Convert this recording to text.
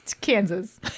Kansas